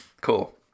cool